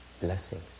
blessings